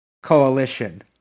coalition